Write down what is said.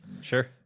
Sure